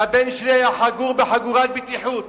שהבן שלי היה חגור בחגורת בטיחות.